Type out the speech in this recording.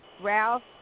Ralph